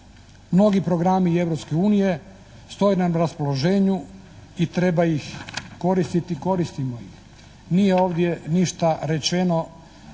Mnogi programi Europske unije stoje nam na raspoloženju i treba ih koristiti i koristimo ih. Nije ovdje ništa rečeno